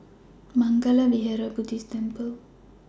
Mangala Vihara Buddhist Temple